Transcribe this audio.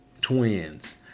twins